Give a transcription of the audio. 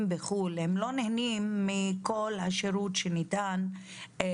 בחו"ל לא נהנים מכל השירותים הבריאותיים שניתנים.